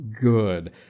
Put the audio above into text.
Good